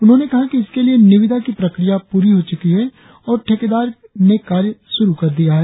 उन्होंने कहा कि इसके लिए निविदा की प्रक्रिया पूरी हो चुकी है और ठेकेदार ने कार्य शुरु कर दिया है